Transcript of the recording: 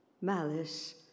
malice